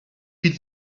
feed